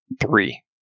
three